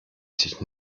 sich